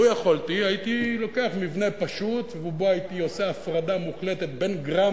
לו יכולתי הייתי לוקח מבנה פשוט ובו הייתי עושה הפרדה מוחלטת בין גרם